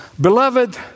Beloved